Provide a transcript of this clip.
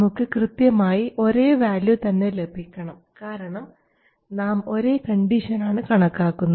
നമുക്ക് കൃത്യമായി ഒരേ വാല്യൂ തന്നെ ലഭിക്കണം കാരണം നാം ഒരേ കണ്ടീഷനാണ് കണക്കാക്കുന്നത്